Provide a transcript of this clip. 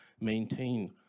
maintain